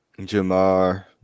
Jamar